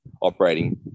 operating